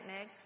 Meg